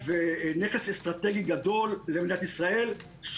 נכס אסטרטגי גדול למדינת ישראל.